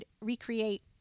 recreate